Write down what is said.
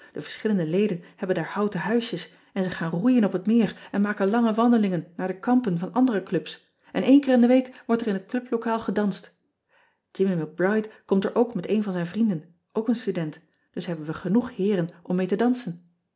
e verschillende leden hebben daar houten huisjes en ze gaan roeien op het meer en maken lange wandelingen naar de kampen van andere clubs en één keer in de week wordt er in het clublokaal gedanst immie c ride komt er ook met een van zijn vrienden ook een student dus hebben we genoeg heeren om mee te dansen